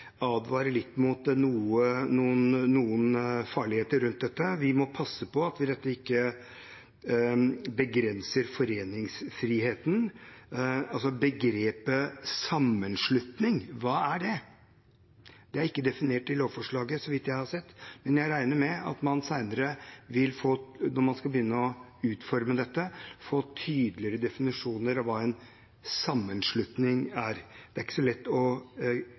mot noen farligheter rundt dette. Vi må passe på at vi i dette ikke begrenser foreningsfriheten. Begrepet «sammenslutning» –hva er det? Det er ikke definert i lovforslaget, så vidt jeg har sett. Men jeg regner med at man senere, når man skal begynne å utforme dette, vil få tydeligere definisjoner av hva en sammenslutning er. Det er ikke så lett å